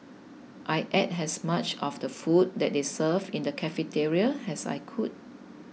I ate as much of the food that they served in the cafeteria as I could